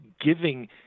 giving